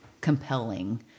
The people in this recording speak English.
compelling